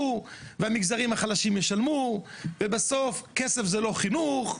והמגזרים החלשים ישלמו וכסף זה לא חינוך.